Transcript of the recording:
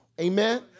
Amen